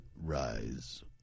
Rise